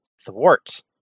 thwart